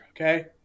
Okay